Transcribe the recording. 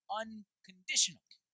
unconditional